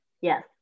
Yes